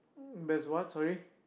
that's what sorry